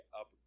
up